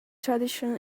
tradition